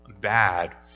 bad